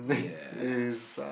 yes